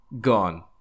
Gone